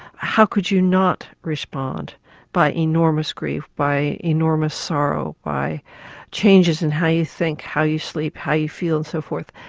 how could you not respond by enormous grief, by enormous sorrow, by changes in how you think, how you sleep, how you feel and so forth?